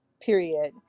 period